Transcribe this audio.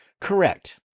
Correct